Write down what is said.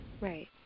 Right